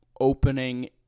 opening